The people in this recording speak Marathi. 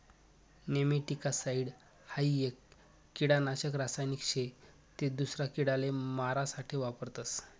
नेमैटीकासाइड हाई एक किडानाशक रासायनिक शे ते दूसरा किडाले मारा साठे वापरतस